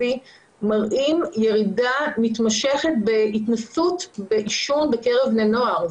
מראים ירידה מתמשכת בהתנסות בעישון בקרב בני נוער.